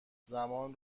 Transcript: زمان